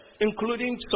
including